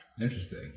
Interesting